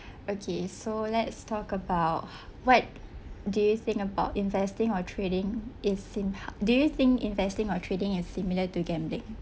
okay so let's talk about what do you think about investing or trading is seen pa~ do you think investing or trading is similar to gambling